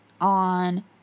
on